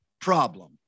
problem